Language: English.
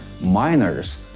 miners